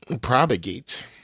Propagate